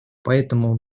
поэтому